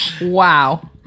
Wow